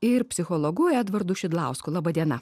ir psichologu edvardu šidlausku laba diena